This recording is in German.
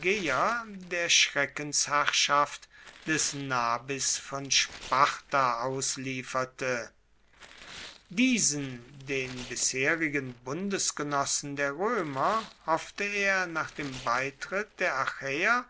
der schreckensherrschaft des nabis von sparta auslieferte diesen den bisherigen bundesgenossen der roemer hoffte er nach dem beitritt der